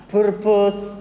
Purpose